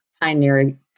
pioneering